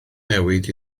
newid